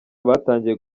batangiye